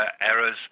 errors